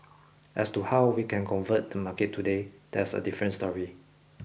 as to how we can convert the market today that's a different story